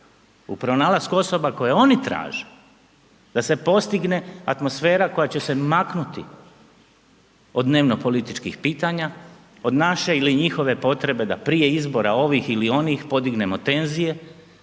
u pronalasku osoba koje oni traže, da se postigne atmosfera koja će se maknuti od dnevno političkih pitanja, od naše ili njihove potrebe da prije izbora ovih ili onih podignemo tenzije,